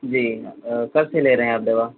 जी कब से ले रहें आप दवा